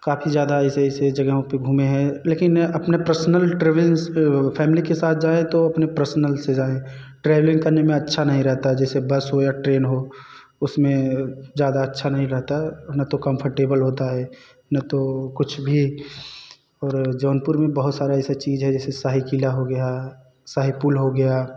काफी ज़्यादा ऐसे ऐसे जगहों पर घूमे हैं लेकिन अपना प्रसनल ट्रेवेलेंस पर वह फैमली के साथ जाए तो अपनी प्रसनल से जाए ट्रेवलिंग करने में अच्छा नहीं रहता जैसे बस हो या ट्रेन हो उसमें ज़्यादा अच्छा नहीं रहता ना तो कम्फ़र्टेबल होता है ना तो कुछ भी और जौनपुर में बहुत सारी ऐसी चीज़ है जैसे शाही किला हो गया शाही पुल हो गया